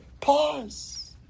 pause